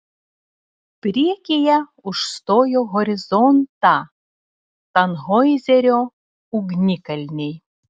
priekyje užstojo horizontą tanhoizerio ugnikalniai